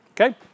Okay